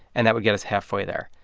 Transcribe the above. and that would get us halfway there.